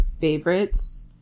favorites